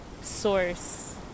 source